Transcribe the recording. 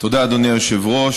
תודה, אדוני היושב-ראש.